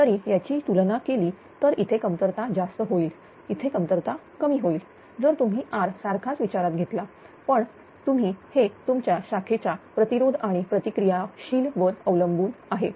तरी याची तुलना केली तर इथे कमतरता जास्त होईल येथे कमतरता कमी होईल जर तुम्ही r सारखाच विचारात घेतला पण तुम्ही हे तुमच्या शाखेच्या प्रतिरोध आणि प्रतिक्रिया शील वर अवलंबून आहे